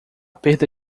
perda